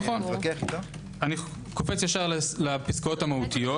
אני קופץ ישר לפסקאות המהותיות.